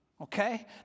Okay